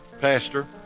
pastor